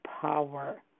power